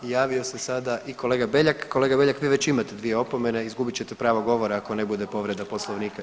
Javio se sada i kolega Beljak, kolega Beljak vi već imate dvije opomene, izgubit ćete pravo govora ako ne bude povreda Poslovnika.